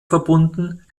verbunden